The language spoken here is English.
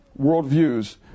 worldviews